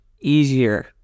easier